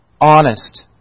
honest